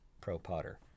pro-Potter